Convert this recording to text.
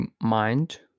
mind